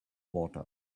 water